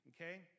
okay